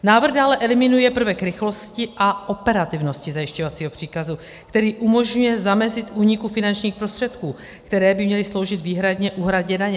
Návrh dále eliminuje prvek rychlosti a operativnosti zajišťovacího příkazu, který umožňuje zamezit úniku finančních prostředků, které by měly sloužit výhradně k úhradě daně.